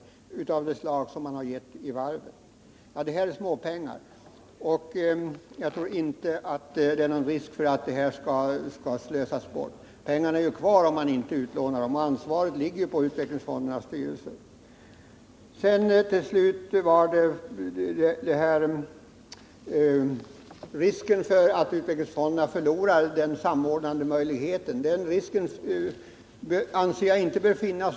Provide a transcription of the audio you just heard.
Det här är småpengar relativt sett, och jag tror inte att det är någon risk för att de skall slösas bort. Pengarna är ju kvar om man inte lånar ut dem. Ansvaret ligger på utvecklingsfondernas styrelser. När det gäller risken för att utvecklingsfonderna förlorar den samordnande möjligheten, dvs. att vara det organ där företagen kan få vägledning vart man kan vända sig, anser jag att den risken inte är stor.